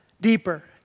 deeper